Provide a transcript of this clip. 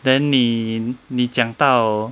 then 你你讲到